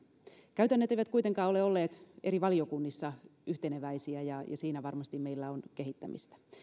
käytännöt eivät kuitenkaan ole olleet eri valiokunnissa yhteneväisiä ja ja siinä varmasti meillä on kehittämistä